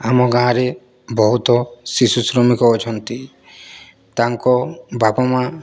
ଆମ ଗାଁରେ ବହୁତ ଶିଶୁ ଶ୍ରମିକ ଅଛନ୍ତି ତାଙ୍କ ବାପା ମାଆ